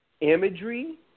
Imagery